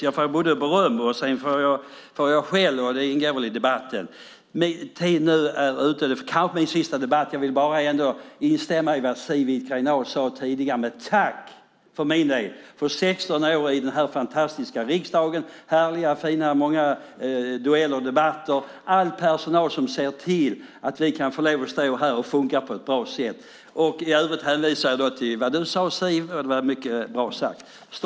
Jag får både beröm och skäll, och det ingår väl i debatten. Min tid är nu ute. Detta kanske är min sista debatt. Jag vill bara instämma i vad Siw Wittgren-Ahl sade tidigare. Men tack, för min del, för 16 år i den här fantastiska riksdagen! Det har varit många härliga och fina dueller och debatter. Jag tackar all personal som ser till att vi kan stå här och funka på ett bra sätt. I övrigt hänvisar jag till vad du sade, Siv. Det var mycket bra sagt.